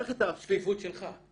שקיפות שלך.